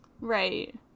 Right